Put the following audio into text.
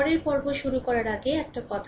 পরের পর্ব শুরু করার আগে একটা কথা